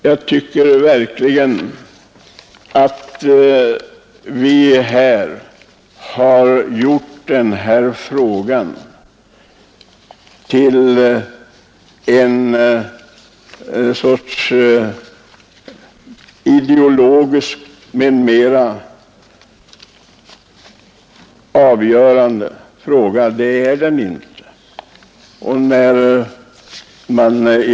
Jag tycker verkligen att vi här gjort denna fråga till en fråga av avgörande betydelse i ideologiska och andra avseenden. Det är den inte.